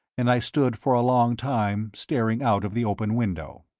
and i stood for a long time staring out of the open window.